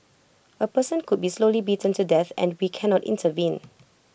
A person could be slowly beaten to death and we cannot intervene